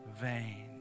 vain